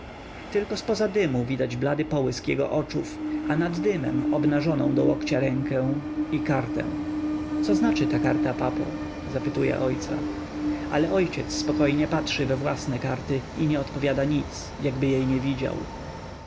tylko z poza dymu widać blady połysk jego oczów a nad dymem obnażoną do łokcia rękę i kartę co znaczy ta karta papo zapytuje ojca ale ojciec spokojnie patrzy we własne karty i nie odpowiada nic jakby jej nie widział